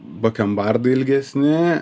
bakembardai ilgesni